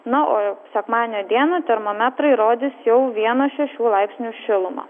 na o sekmadienio dieną termometrai rodys jau vieną šešių laipsnių šilumą